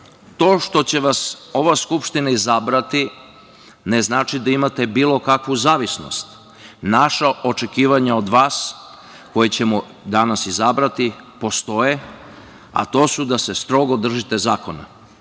što će vas ova Skupština izabrati ne znači da imate bilo kakvu zavisnost. Naša očekivanja od vas koje ćemo danas izabrati postoje, a to su da se strogo držite zakona,